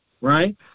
right